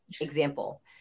example